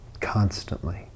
Constantly